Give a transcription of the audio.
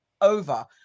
over